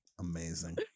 Amazing